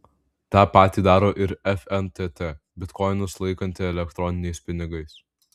tą patį daro ir fntt bitkoinus laikanti elektroniniais pinigais